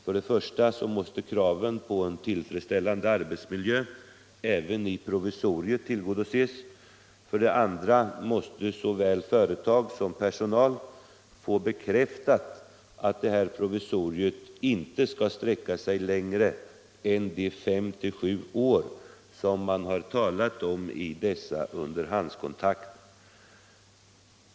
För det första måste kraven på en tillfredsställande arbetsmiljö även i provisoriet tillgodoses. För det andra måste såväl företag som personal få bekräftat att det här provisoriet inte skall sträcka sig längre än de fem-sju år som det har talats om i underhandskontrakten.